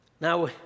Now